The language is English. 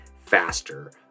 faster